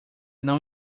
não